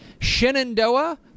Shenandoah